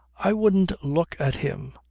i wouldn't look at him,